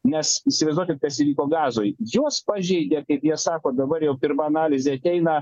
nes įsivaizduokit kas įvyko gazoj juos pažeidė kaip jie sako dabar jau pirma analizė ateina